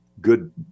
Good